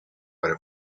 para